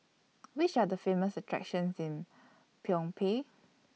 Which Are The Famous attractions in Phnom Penh